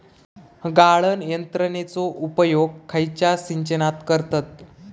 गाळण यंत्रनेचो उपयोग खयच्या सिंचनात करतत?